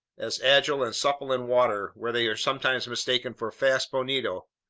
as agile and supple in water, where they are sometimes mistaken for fast bonito,